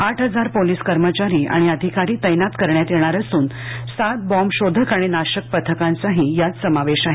आठ हजार पोलीस कर्मचारी आणि अधिकारी तैनात करण्यात येणार असून सात बॉम्ब शोधक आणि नाशक पथकांचाही यात समावेश आहे